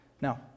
now